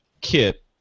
kit